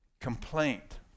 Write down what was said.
Complaint